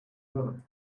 that